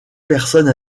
personne